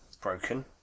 broken